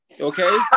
Okay